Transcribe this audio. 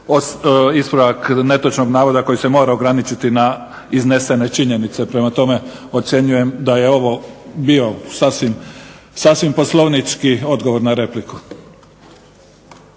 ispravak netočnog navoda koji se mora ograničiti na iznesene činjenice. Prema tome, ocjenjujem da je ovo bio sasvim poslovnički odgovor na repliku.